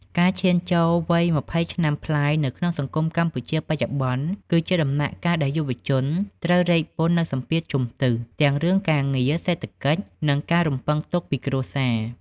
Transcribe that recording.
ការឈានចូលវ័យ ២០ ឆ្នាំប្លាយនៅក្នុងសង្គមកម្ពុជាបច្ចុប្បន្ន គឺជាដំណាក់កាលដែលយុវជនត្រូវរែកពុននូវសម្ពាធជុំទិស ទាំងរឿងការងារ សេដ្ឋកិច្ច និងការរំពឹងទុកពីគ្រួសារ។